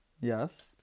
Yes